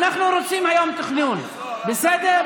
אנחנו רוצים היום תכנון, בסדר?